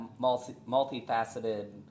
multifaceted